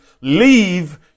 leave